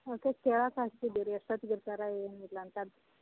ಒಂದು ಸ್ವಲ್ಪ್ ಕೇಳಕ ರೀ ಎಷ್ಟೊತ್ತಿಗೆ ಇರ್ತಾರೆ ಏನು ಇಲ್ಲ ಅಂತ